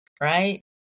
right